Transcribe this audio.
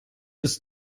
ist